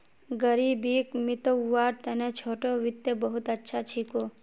ग़रीबीक मितव्वार तने छोटो वित्त बहुत अच्छा छिको